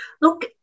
Look